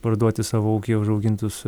parduoti savo ūkyje užaugintus